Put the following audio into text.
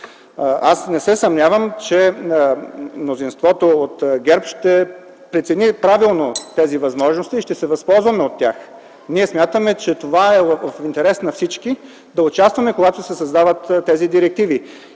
Аз не се съмнявам, че мнозинството от ГЕРБ ще прецени правилно тези възможности и ще се възползваме от тях. Ние смятаме, че това е в интерес на всички – да участваме, когато се създават тези директиви,